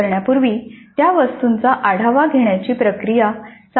करण्यापूर्वी त्या वस्तूंचा आढावा घेण्याची प्रक्रिया चालू असणे आवश्यक आहे